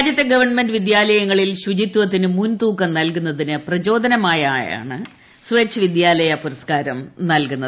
രാജ്യത്തെ ഗവൺമെന്റ് വിദ്യാലയങ്ങളിൽ ശുചിത്വത്തിന് മുൻതൂക്കം നൽകുന്നതിന് പ്രചോദനമായാണ് സ്ക്ക് പ്പിദ്യാലയ പുരസ്കാരം നൽകുന്നത്